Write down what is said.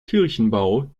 kirchenbau